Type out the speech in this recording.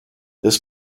this